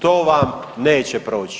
To vam neće proći.